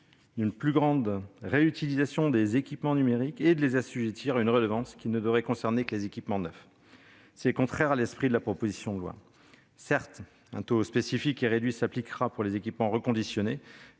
d'une plus grande réutilisation des équipements numériques et de les assujettir à une redevance qui ne devrait concerner que les équipements neufs. C'est contraire à l'esprit de la proposition de loi. Certes, un taux spécifique et réduit s'appliquera pour les équipements reconditionnés,